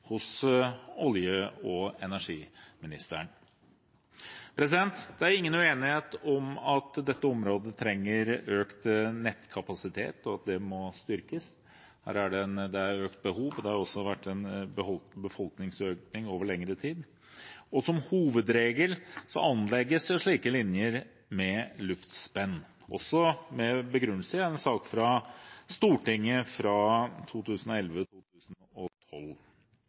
hos olje- og energiministeren. Det er ingen uenighet om at dette området trenger økt nettkapasitet, og at det må styrkes. Her er det et økt behov, og det har også vært en befolkningsøkning over lengre tid. Som hovedregel anlegges slike linjer med luftspenn, også med begrunnelse i en sak fra Stortinget fra